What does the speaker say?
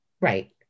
Right